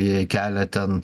jai kelia ten